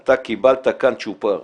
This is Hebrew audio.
אתה קיבלת כאן צ'ופר,